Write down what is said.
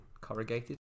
corrugated